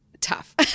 tough